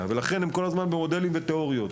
ולכן הם כל הזמן במודלים ובתיאוריות.